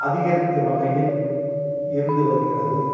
அதிகரித்த வகையில் இருந்து வருகிறது